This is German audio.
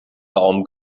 daumen